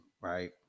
right